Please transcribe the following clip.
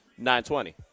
920